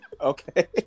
Okay